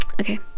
okay